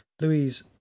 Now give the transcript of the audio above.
louise